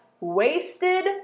wasted